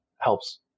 helps